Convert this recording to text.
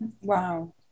Wow